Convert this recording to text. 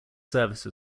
service